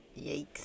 Yikes